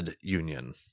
union